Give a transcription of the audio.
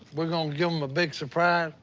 we're gonna give em a big surprise.